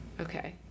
Okay